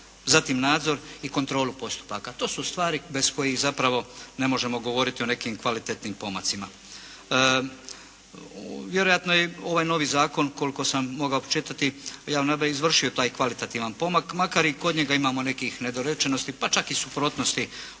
zatim nadzor i kontrolu postupaka. To su stvari bez kojih zapravo ne možemo govoriti o nekim kvalitetnim pomacima. Vjerojatno je i ovaj novi zakon koliko sam mogao pročitati o javnoj nabavi izvršio taj kvalitativan pomak makar i kod njega imamo nekih nedorečenosti, pa čak i suprotnosti